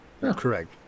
Correct